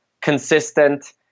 Consistent